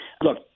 look